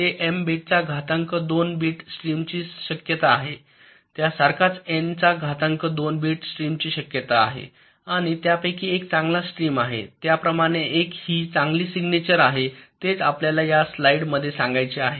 तेथे एम चा घातांक २ बिट स्ट्रीमची शक्यता आहे त्या सारखाच एन चा घातांक २ बिट स्ट्रीमची शक्यता आहे आणि त्यापैकी एक चांगला स्ट्रीम आहे त्याप्रमाणे १ हि चांगली सिग्नेचर आहेतेच आपल्याला या स्लाइड मध्ये सांगायचे आहे